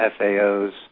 FAOs